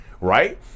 Right